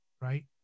right